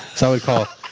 so i would call,